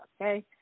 okay